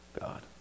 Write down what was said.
God